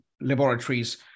laboratories